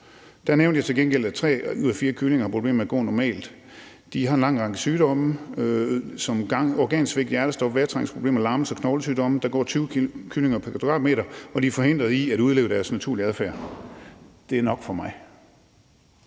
Der nævnte jeg til gengæld, at tre ud af fire kyllinger har problemer med at gå normalt. De har en lang række sygdomme som organsvigt, hjertestop, vejrtrækningsproblemer, lammelser og knoglesygdomme. Der går 20 kyllinger pr. m2, og de er forhindret i at udleve deres naturlige adfærd. Det er nok for mig.